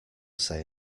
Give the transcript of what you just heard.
say